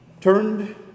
turned